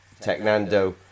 Technando